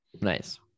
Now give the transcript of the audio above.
Nice